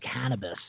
cannabis